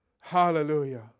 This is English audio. Hallelujah